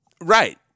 Right